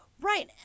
Right